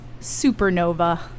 Supernova